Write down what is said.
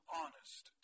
honest